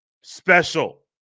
special